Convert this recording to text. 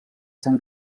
sant